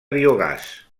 biogàs